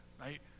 right